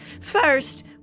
First